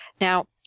Now